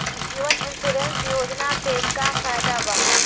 जीवन insurance योजना से का फायदा बा?